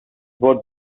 vots